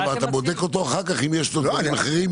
אתה בודק אותו אחר כך אם יש לו דברים אחרים?